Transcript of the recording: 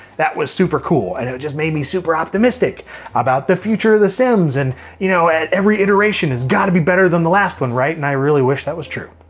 that was super cool and it just made me super optimistic about the future of the sims. and you know and every iteration has got to be better than the last one, right. and i really wish that was true.